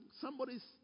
somebody's